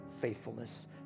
faithfulness